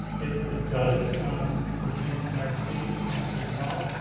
it does pertain to faculty as well.